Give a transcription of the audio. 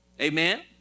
Amen